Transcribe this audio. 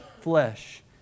flesh